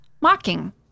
mocking